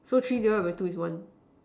so three divided by two is one